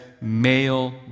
male